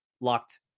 Locked